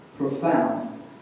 Profound